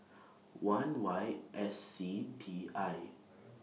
one Y S C T I